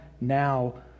now